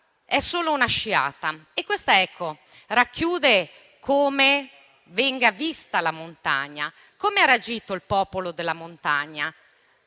è solo una sciata. Questo racchiude come venga vista la montagna. Come ha reagito il popolo della montagna?